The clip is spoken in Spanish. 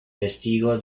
testigo